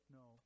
no